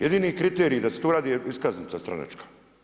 Jedini kriterij da se tu radi iskaznica stranačka.